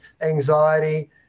anxiety